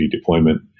deployment